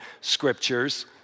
scriptures